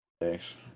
Thanks